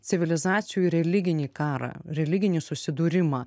civilizacijų religinį karą religinį susidūrimą